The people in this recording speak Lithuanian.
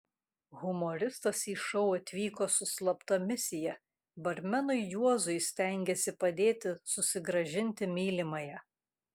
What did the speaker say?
humoristas į šou atvyko su slapta misija barmenui juozui stengėsi padėti susigrąžinti mylimąją